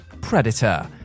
Predator